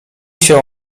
się